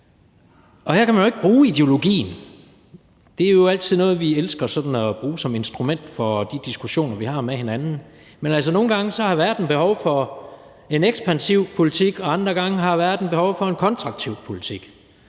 Her kan man jo ikke bruge ideologien. Det er jo altid noget, vi elsker sådan at bruge som instrument for de diskussioner, vi har med hinanden, men nogle gange har verden altså behov for en ekspansiv politik, og andre gange har verden behov for en kontraktiv politik.